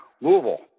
Louisville